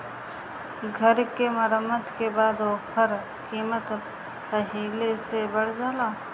घर के मरम्मत के बाद ओकर कीमत पहिले से बढ़ जाला